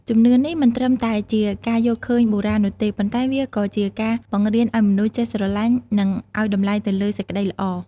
ជំនឿនេះមិនត្រឹមតែជាការយល់ឃើញបុរាណនោះទេ ប៉ុន្តែវាក៏ជាការបង្រៀនឱ្យមនុស្សចេះស្រឡាញ់និងឱ្យតម្លៃទៅលើសេចក្តីល្អ។